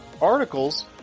articles